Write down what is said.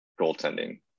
goaltending